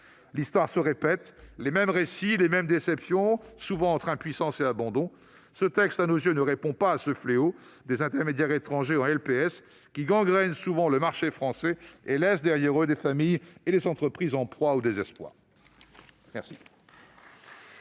L'histoire se répète. Les mêmes récits, les mêmes déceptions, souvent entre impuissance et abandon. Ce texte, à nos yeux, ne répond pas à ce fléau des intermédiaires étrangers en LPS qui gangrènent le marché français et laissent derrière eux des familles et des entreprises en proie au désespoir.